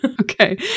Okay